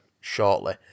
shortly